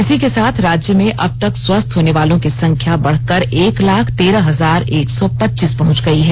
इसी के साथ राज्य में अब तक स्वस्थ होने वालों की संख्या बढ़कर एक लाख तेरह हजार एक सौ पच्चीस पहुंच गई है